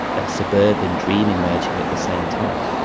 the suburban dream emerging at the same time.